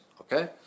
okay